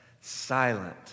silent